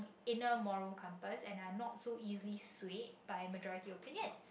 inner moral compass and I'm not so easy swag by majority opinion